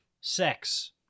sex